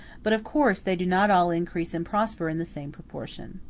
but of course they do not all increase and prosper in the same proportion.